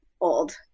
old